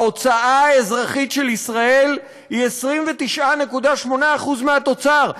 ההוצאה האזרחית של ישראל היא 29.8% מהתוצר,